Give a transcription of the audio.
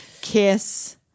Kiss